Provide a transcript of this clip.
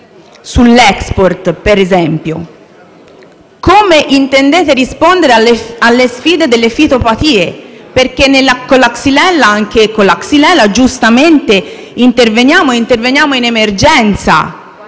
sull'*export*, per esempio. Come intendete rispondere alle sfide delle fitopatie? Sulla questione xylella, giustamente, interveniamo in emergenza,